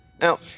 Now